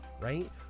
right